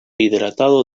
hidratado